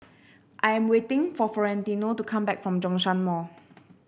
I am waiting for Florentino to come back from Zhongshan Mall